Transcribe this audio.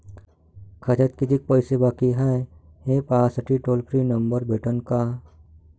खात्यात कितीकं पैसे बाकी हाय, हे पाहासाठी टोल फ्री नंबर भेटन का?